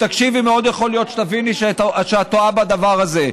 אם תקשיבי מאוד יכול להיות שתביני שאת טועה בדבר הזה.